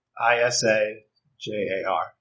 I-S-A-J-A-R